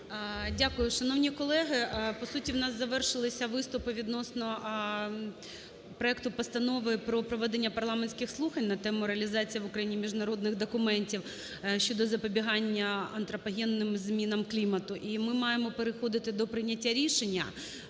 Дякую. Шановні колеги, по суті, у нас завершилися виступи відносно проекту Постанови про проведення парламентських слухань на тему: "Реалізація в Україні міжнародних документів щодо запобігання антропогенним змінам клімату", і ми маємо переходити до прийняття рішення.